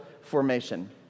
formation